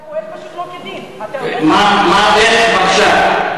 אתה פועל פשוט לא כדין, מה, איך, בבקשה.